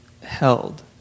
held